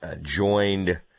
joined